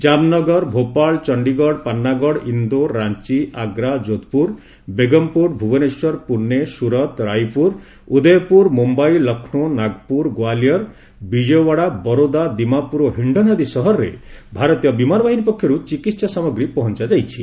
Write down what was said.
ଜାମ୍ନଗର ଭୋପାଳ ଚଶ୍ଡୀଗଡ଼ ପାନ୍ନାଗଡ଼ ଇନ୍ଦୋର ରାଞ୍ଚ ଆଗ୍ରା ଯୋଧପୁର ବେଗମ୍ପୁଟ୍ ଭୁବନେଶ୍ୱର ପୁଣେ ସୁରତ୍ ରାଇପୁର ଉଦୟପୁର ମୁମ୍ବାଇ ଲକ୍ଷ୍ମୌ ନାଗପୁର ଗ୍ୱାଲିୟର୍ ବିଜୟୱାଡ଼ା ବରୋଦା ଦିମାପୁର ଓ ହିଷ୍ଣନ୍ ଆଦି ସହରରେ ଭାରତୀୟ ବିମାନ ବାହିନୀ ପକ୍ଷରୁ ଚିକିତ୍ସା ସାମଗ୍ରୀ ପହଞ୍ଚାଯାଇଛି